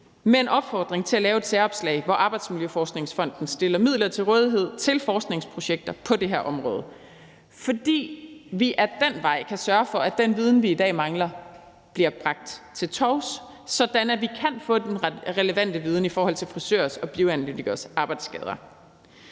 med en opfordring til at lave et særopslag, hvor Arbejdsmiljøsforskningsfonden stiller midler til rådighed til forskningsprojekter på det her område, fordi vi ad den vej kan sørge for, at den viden, vi i dag mangler, bliver bragt til torvs, sådan at vi kan få den relevante viden i forhold til frisørers og bioanalytikeres arbejdsskader.